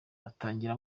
atangira